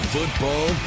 Football